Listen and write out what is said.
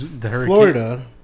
Florida